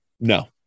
No